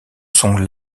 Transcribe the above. sont